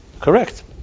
correct